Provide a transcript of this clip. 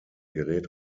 gerät